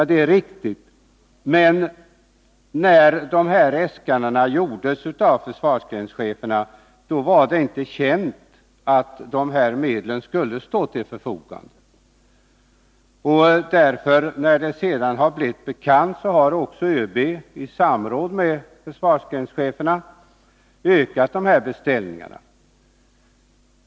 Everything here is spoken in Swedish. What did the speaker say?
Det är riktigt, men när äskandena gjordes av försvarsgrenscheferna var det inte känt att de här medlen skulle stå till förfogande. När detta sedan blev bekant har ÖB i samråd med försvarsgrenscheferna föreslagit ökade beställningsbemyndiganden.